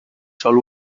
sol